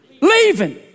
Leaving